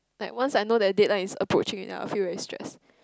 like once I know the deadline is approaching I will feel very stress